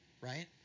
right